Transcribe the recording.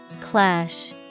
Clash